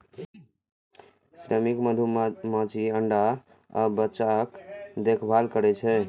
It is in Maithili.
श्रमिक मधुमाछी अंडा आ बच्चाक देखभाल करै छै